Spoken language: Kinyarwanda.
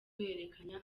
guhererekanya